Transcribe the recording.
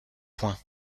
points